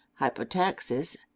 hypotaxis